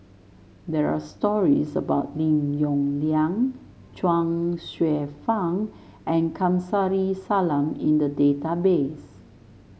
there are stories about Lim Yong Liang Chuang Hsueh Fang and Kamsari Salam in the database